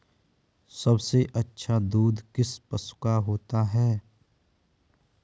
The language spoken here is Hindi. सबसे अच्छा दूध किस पशु का होता है?